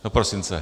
Do prosince?